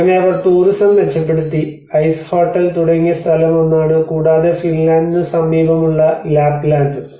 അങ്ങനെ അവർ ടൂറിസം മെച്ചപ്പെടുത്തി ഐസ് ഹോട്ടൽ 'ice hotel' തുടങ്ങിയ സ്ഥലം ഒന്നാണ് കൂടാതെ ഫിൻലാൻഡിന് സമീപമുള്ള ലാപ്ലാന്റും